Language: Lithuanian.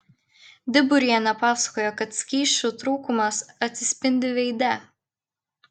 diburienė pasakojo kad skysčių trūkumas atsispindi veide